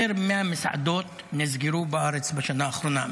יותר מ-100 מסעדות נסגרו בארץ בשנה האחרונה.